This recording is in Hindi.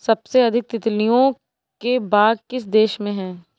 सबसे अधिक तितलियों के बाग किस देश में हैं?